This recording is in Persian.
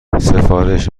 سفارش